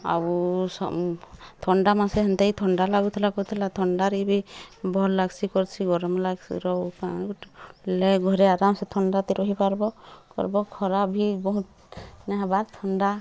ଆଉ ଥଣ୍ଡା ମାସ ହେନ୍ତି ଥଣ୍ଡା ବି ଲାଗୁଥିଲା ଥଣ୍ଡାରେ ଭଲ୍ ଲାଗ୍ସି କର୍ସି ଗରମ ଲେ ଘରେ ଆରାମ୍ ସେ ରହିପାରବ୍ କର୍ବ ଖରାବି ବହୁତ୍ ନାଇ ହେବାର ଥଣ୍ଡା